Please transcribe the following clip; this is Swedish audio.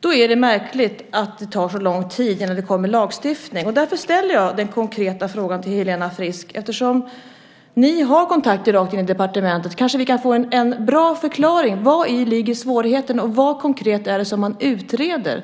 Då är det märkligt att det tar så lång tid innan lagstiftningen kommer. Därför ställer jag denna konkreta fråga till Helena Frisk. Eftersom ni har kontakter rakt in i departementet kanske vi kan få en bra förklaring till vari svårigheten ligger och vad som konkret utreds.